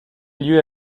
lieu